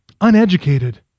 uneducated